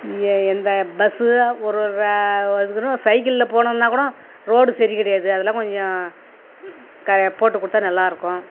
எ எந்த பஸ்ஸு ஒரு ஒரு ர அதுக்குன்னு ஒரு சைக்கிளில் போகணுன்னா கூட ரோடு சரி கிடையாது அதலாம் கொஞ்சம் க போட்டு கொடுத்தா நல்லா இருக்கும்